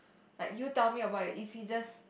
like you tell me about your e_c just